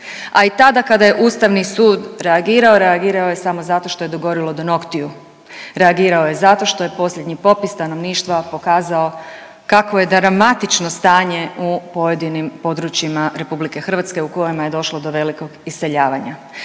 a i tada kada je ustavni sud reagirao reagirao je samo zato što je dogorilo do noktiju, reagirao je zato što je posljednji popis stanovništva pokazao kakvo je dramatično stanje u pojedinim područjima RH u kojima je došlo do velikog iseljavanja,